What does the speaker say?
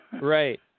Right